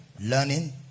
learning